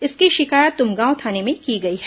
इसकी शिकायत तुमगांव थाने में की गई है